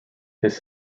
his